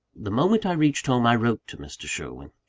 the moment i reached home, i wrote to mr. sherwin.